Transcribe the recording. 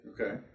Okay